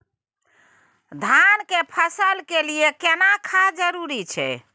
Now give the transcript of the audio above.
धान के फसल के लिये केना खाद जरूरी छै?